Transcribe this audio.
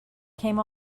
came